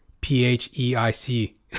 P-H-E-I-C